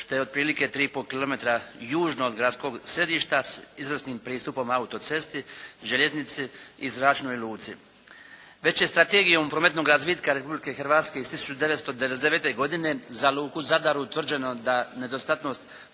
što je otprilike tri i pol kilometra južno od gradskog središta s izvrsnim pristupom auto-cesti, željeznici i zračnoj luci. Već je strategijom prometnoga razvitka Republike Hrvatske iz 1999. godine za luku Zadar utvrđeno da nedostatnost